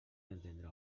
entendre